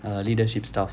err leadership stuff